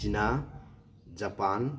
China Japan